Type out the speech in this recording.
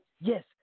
Yes